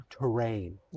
terrain